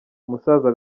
umusaza